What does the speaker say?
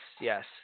Yes